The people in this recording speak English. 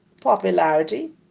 popularity